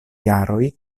jaroj